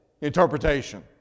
interpretation